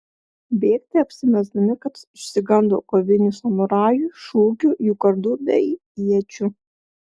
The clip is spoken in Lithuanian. bėgti apsimesdami kad išsigando kovinių samurajų šūkių jų kardų bei iečių